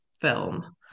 film